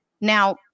Now